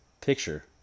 picture